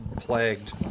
plagued